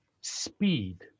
speed